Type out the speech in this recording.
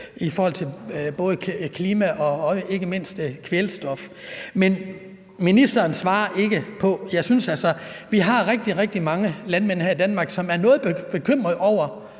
i forhold til klima og« – ikke mindst – »kvælstof ...«. Men ministeren svarer ikke på spørgsmålet. Jeg synes, vi har rigtig, rigtig mange landmænd her i Danmark, som er noget bekymrede over